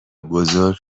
بزرگ